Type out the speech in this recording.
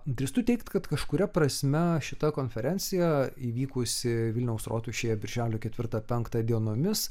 drįstu teigt kad kažkuria prasme šita konferencija įvykusi vilniaus rotušėje birželio ketvirtą penktą dienomis